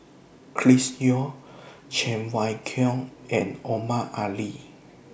Chris Yeo Cheng Wai Keung and Omar Ali